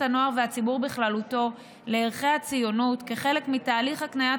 הנוער והציבור בכללותו לערכי הציונות כחלק מתהליך הקניית